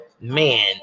man